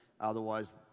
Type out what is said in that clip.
Otherwise